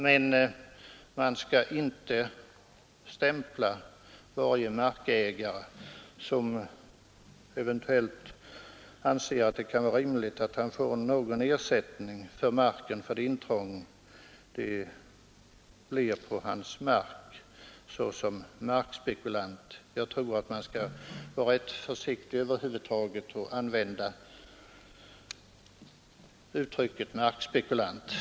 Men man bör inte stämpla varje markägare som eventuellt anser att det är rimligt att få någon ersättning för det intrång som görs på marken såsom markspekulant. Jag anser att man bör vara rätt försiktig över huvud taget med att använda uttrycket ”markspekulant”.